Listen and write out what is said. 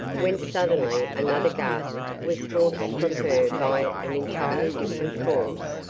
when suddenly another gasp was forced from her by an entirely different cause.